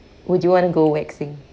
would you want to go waxing